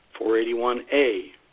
481A